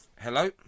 Hello